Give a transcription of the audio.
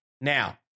Now